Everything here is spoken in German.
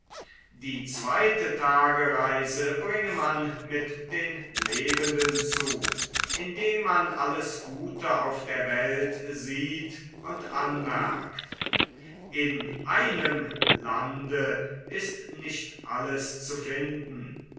die zweite tagereise bringe man mit den lebenden zu indem man alles gute auf der welt sieht und anmerkt in einem lande ist nicht alles zu finden